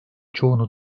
çoğunu